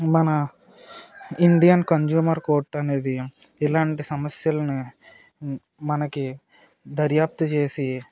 మన Indian consumer కోర్టనేది ఇలాంటి సమస్యల్ని మ మనకి దర్యాప్తు చేసి